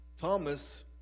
Thomas